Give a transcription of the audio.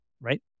right